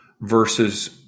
versus